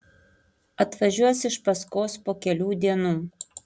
atvažiuos iš paskos po kelių dienų